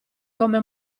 come